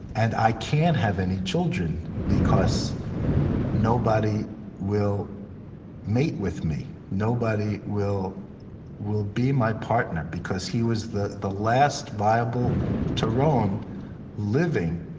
and i can't have any children because nobody will mate with me. nobody will will be my partner, because he was the the last viable taron living.